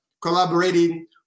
collaborating